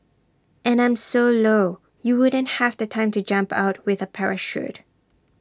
and I'm so low you wouldn't have the time to jump out with A parachute